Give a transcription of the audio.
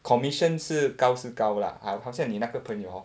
commission 是高是高 lah 好像你那个朋友 hor